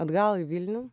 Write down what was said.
atgal į vilnių